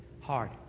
hard